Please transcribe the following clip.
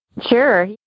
Sure